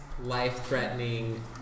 life-threatening